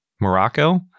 Morocco